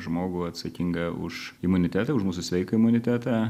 žmogų atsakinga už imuniteto už mūsų sveiką imunitetą